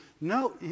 No